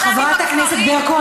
חברת הכנסת ברקו,